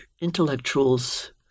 intellectuals